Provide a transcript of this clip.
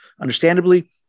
Understandably